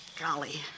Golly